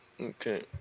Okay